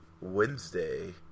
Wednesday